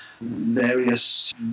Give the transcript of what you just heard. various